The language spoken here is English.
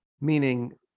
meaning